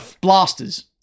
blasters